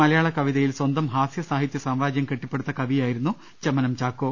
മലയാളകവിത യിൽ സ്വന്തം ഹാസ്യസാഹിത്യ സാമ്രാജ്യം കെട്ടിപടുത്ത കവിയായിരുന്നു ചെമ്മനം ചാക്കോ